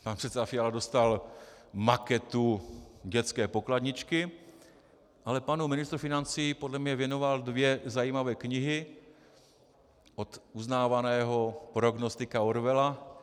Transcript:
Pan předseda Fiala dostal maketu dětské pokladničky, ale panu ministru financí podle mě věnoval dvě zajímavé knihy od uznávaného prognostika Orwella.